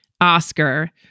Oscar